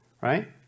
Right